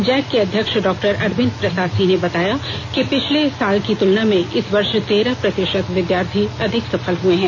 Jack के अध्यक्ष doctor Arvind Prasad Singh ने बताया कि पिछले साल की तुलना में इस वर्ष तेरह प्रतिशत विद्यार्थी अधिक सफल हुए हैं